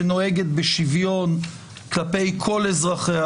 שנוהגת בשוויון כלפי כל אזרחיה,